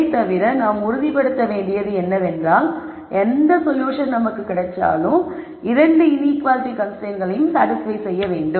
இதைத் தவிர நாம் உறுதிப்படுத்த வேண்டியது என்னவென்றால் எந்த சொல்யூஷன் நமக்கு கிடைத்தாலும் 2 இன்ஈக்குவாலிட்டி கன்ஸ்ரைன்ட்ஸ்களையும் சாடிஸ்பய் செய்ய வேண்டும்